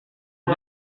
une